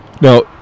now